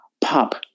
Pop